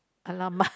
!alamak!